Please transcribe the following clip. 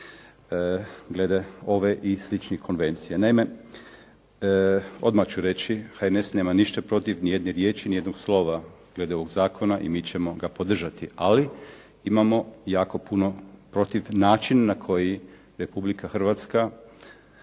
glede ove i sličnih konvencija. Naime, odmah ću reći HNS nema ništa protiv, ni jedne riječi, ni jednog slova glede ovog zakona i mi ćemo ga podržati, ali imamo jako puno protiv načina na koji Republika Hrvatska